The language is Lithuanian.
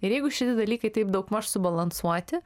ir jeigu šiti dalykai taip daugmaž subalansuoti